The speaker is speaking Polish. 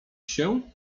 się